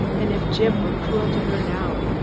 and if jim were cruel to her now,